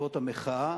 בעקבות המחאה,